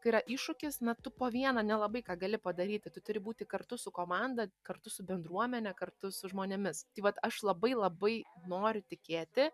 kai yra iššūkis na tu po vieną nelabai ką gali padaryti tu turi būti kartu su komanda kartu su bendruomene kartu su žmonėmis tai vat aš labai labai noriu tikėti